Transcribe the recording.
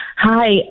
Hi